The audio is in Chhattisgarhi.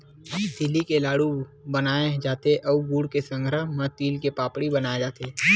तिली के लाडू बनाय जाथे अउ गुड़ के संघरा म तिल के पापड़ी बनाए जाथे